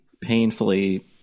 painfully